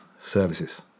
services